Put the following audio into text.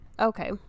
okay